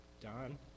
Don